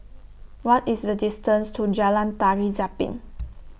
What IS The distance to Jalan Tari Zapin